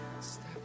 Step